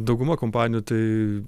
dauguma kompanijų tai